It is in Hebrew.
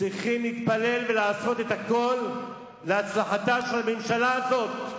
צריכים להתפלל ולעשות את הכול להצלחתה של הממשלה הזאת,